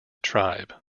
tribe